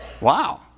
Wow